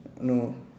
no